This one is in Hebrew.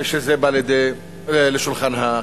כשזה בא לשולחן הכנסת.